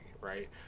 right